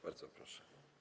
Bardzo proszę.